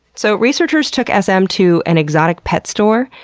so researchers took s m. to an exotic pet store,